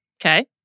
Okay